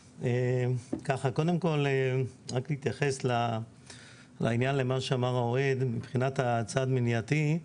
קודם כל רק להתייחס למה שאמר האוהד מבחינת צעד מניעתי.